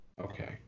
okay